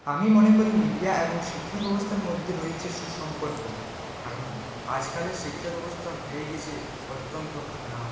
আমি মনে করি মিডিয়া এবং শিক্ষাব্যবস্থার মধ্যে রয়েছে সুসম্পর্ক কারণ আজকালের শিক্ষাব্যবস্থা হয়ে গিয়েছে অত্যন্ত খারাপ